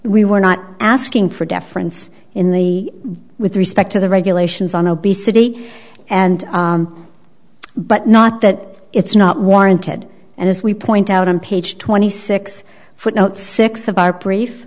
we were not asking for deference in the with respect to the regulations on obesity and but not that it's not warranted and as we point out on page twenty six footnote six of our pref